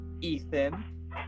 Ethan